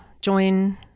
join